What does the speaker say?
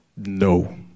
No